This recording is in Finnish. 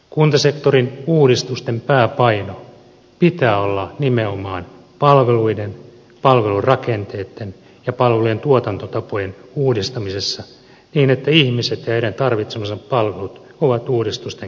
kuntasektorin uudistusten pääpainon pitää olla nimenomaan palveluiden palvelurakenteitten ja palvelujen tuotantotapojen uudistamisessa niin että ihmiset ja heidän tarvitsemansa palvelut ovat uudistusten keskiössä